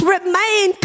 remain